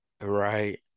Right